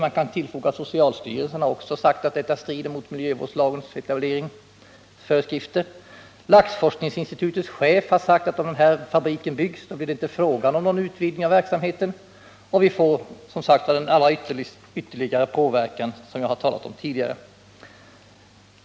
Jag kan tillfoga att socialstyrelsen har sagt att lokaliseringen av fabriken strider mot miljövårdslagens etableringsföreskrifter. Laxforskningsinstitutets chef har sagt att om fabriken byggs blir det inte fråga om någon utvidgning av institutets verksamhet. Därtill kommer den ytterligare påverkan som jag talat om tidigare.